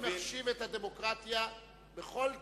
אני מאוד מחשיב את הדמוקרטיה בכל כיוון,